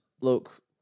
look